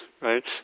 Right